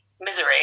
Misery